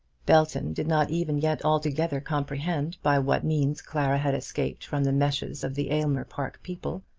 belton did not even yet altogether comprehend by what means clara had escaped from the meshes of the aylmer park people,